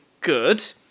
good